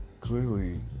Clearly